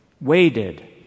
waited